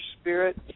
spirit